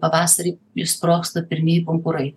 pavasarį išsprogsta pirmieji pumpurai